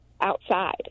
outside